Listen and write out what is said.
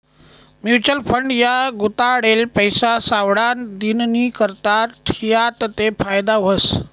mutual fund मा गुताडेल पैसा सावठा दिननीकरता ठियात ते फायदा व्हस